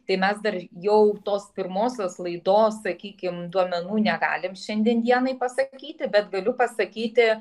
tai mes dar jau tos pirmosios laidos sakykim duomenų negalim šiandien dienai pasakyti bet galiu pasakyti